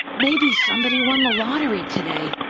maybe somebody won the lottery today.